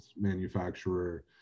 manufacturer